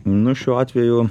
nu šiuo atveju